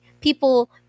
people